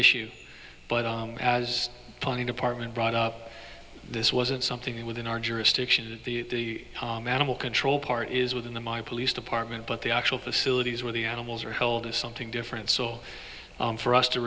issue but as tony department brought up this wasn't something within our jurisdiction the manimal control part is within the mind police department but the actual facilities where the animals are held is something different so for us to